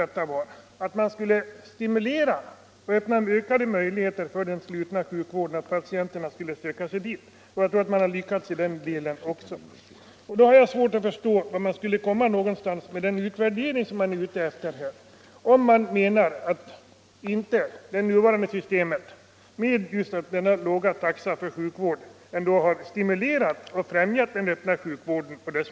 Syftet med reformen var att stimulera den öppna sjukvården och öka möjligheterna för patienter att söka sig till den. Jag tror att man har lyckats med det. Därför har jag svårt att förstå vad man skulle vinna med den utvärdering om enhetstaxan som man här är ute efter. Menar man att det nuvarande systemet med denna låga taxa för sjukvård inte har stimulerat och främjat den öppna vården?